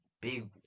big